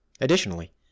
Additionally